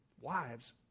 wives